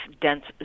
dense